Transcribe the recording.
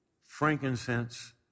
frankincense